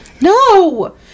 no